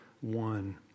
one